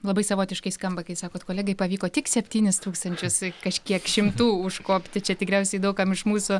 labai savotiškai skamba kai sakot kolegai pavyko tik septynis tūkstančius kažkiek šimtų užkopti čia tikriausiai daug kam iš mūsų